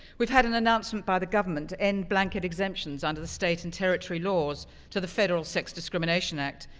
we had an announcement by the government to end blanket exemptions under the state and territory laws to the federal sex discrimination act.